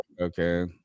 Okay